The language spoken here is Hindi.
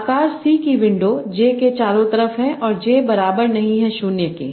आकार c की विंडो j के चारों तरफ और j बराबर नहीं 0 के